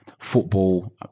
Football